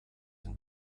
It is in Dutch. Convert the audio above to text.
een